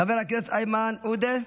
חבר הכנסת איימן עודה,